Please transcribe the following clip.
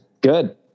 good